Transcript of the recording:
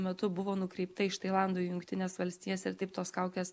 metu buvo nukreipta iš tailando į jungtines valstijas ir taip tos kaukės